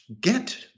get